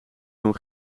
doen